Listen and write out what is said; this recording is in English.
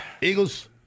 Eagles